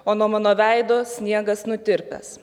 o nuo mano veido sniegas nutirpęs